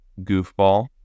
goofball